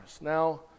now